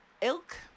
Ilk